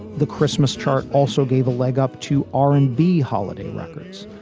the christmas chart also gave a leg up to r and b holiday records,